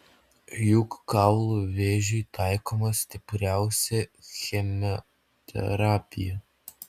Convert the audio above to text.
juk kaulų vėžiui taikoma stipriausia chemoterapija